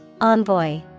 Envoy